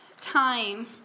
time